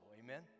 amen